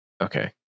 okay